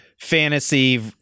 Fantasy